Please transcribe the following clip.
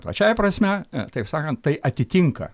plačiąja prasme taip sakant tai atitinka